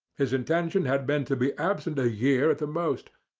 his intention had been to be absent a year at the most,